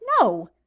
No